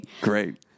Great